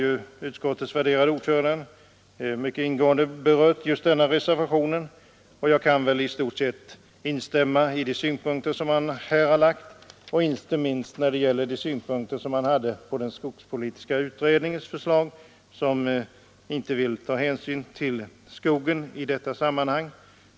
Utskottets värderade ordförande har mycket ingående berört reservationen 4, och jag kan väl i stort sett instämma i de synpunkter som han framfört, inte minst när det gäller vad han sade om skogspolitiska utredningens förslag, där man inte tar hänsyn till skogen i det här sammanhanget.